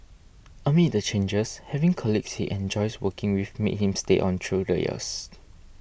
amid the changes having colleagues he enjoys working with made him stay on through the years